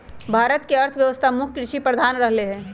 भारत के अर्थव्यवस्था मुख्य कृषि प्रधान रहलै ह